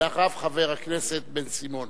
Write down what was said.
ואחריו חבר הכנסת בן-סימון.